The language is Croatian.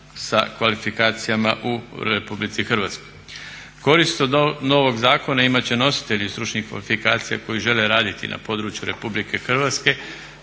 sa kvalifikacijama u RH. Korist od ovog zakona imat će nositelji stručnih kvalifikacija koji žele raditi na području RH, a stekli